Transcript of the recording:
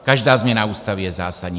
Každá změna Ústavy je zásadní.